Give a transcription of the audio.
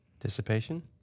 dissipation